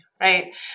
right